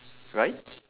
right